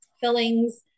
fillings